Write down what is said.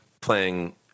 playing